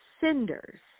Cinders